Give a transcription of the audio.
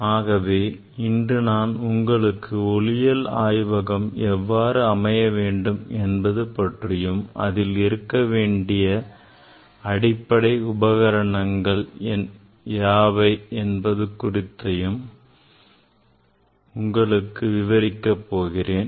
ஆகவே இன்று நான் உங்களுக்கு ஒளியியல் ஆய்வகம் எவ்வாறு அமைய வேண்டும் என்பது பற்றியும் அதில் இருக்க வேண்டிய அடிப்படை உபகரணங்கள் எவை என்பதை குறித்தும் விவரிக்கப் போகிறேன்